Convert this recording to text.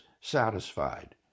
satisfied